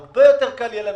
יהיה לנו הרבה יותר קל לפתור.